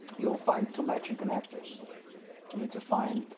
you'll find two matching connectors. you need to find